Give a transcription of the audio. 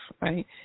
right